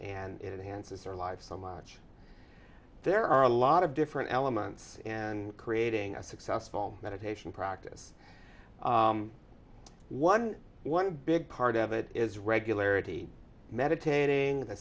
the answers are life so much there are a lot of different elements and creating a successful meditation practice one one big part of it is regularity meditating the